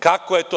Kako je to?